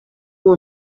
were